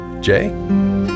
Jay